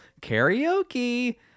Karaoke